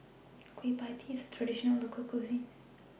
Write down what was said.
Kueh PIE Tee IS A Traditional Local Cuisine